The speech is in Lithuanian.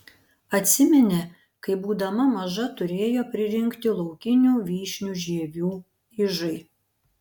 atsiminė kai būdama maža turėjo pririnkti laukinių vyšnių žievių ižai